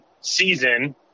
season